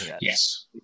yes